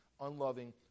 unloving